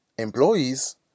Employees